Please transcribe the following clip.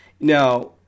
Now